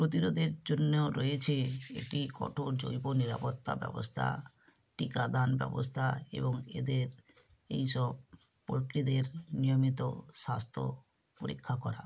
প্রতিরোধের জন্য রয়েছে একটি কঠোর জৈব নিরাপত্তা ব্যবস্থা টিকাদান ব্যবস্থা এবং এদের এইসব পোল্টিদের নিয়মিত স্বাস্থ্য পরীক্ষা করা